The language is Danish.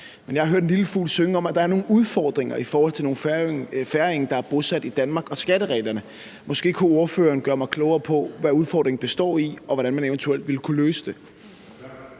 Jeg har hørt en lille fugl synge om, at der er nogle udfordringer i forhold til skattereglerne og nogle færinger, der er bosat i Danmark. Måske kunne ordføreren gøre mig klogere på, hvad udfordringen består i, og hvordan man eventuelt ville kunne løse det?